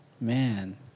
Man